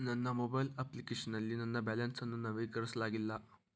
ನನ್ನ mobile application ನಲ್ಲಿ ನನ್ನ ಬ್ಯಾಲೆನ್ಸ್ ಅನ್ನು ನವೀಕರಿಸಲಾಗಿಲ್ಲ